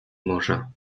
morza